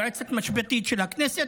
היועצת המשפטית של הכנסת,